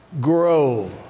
grow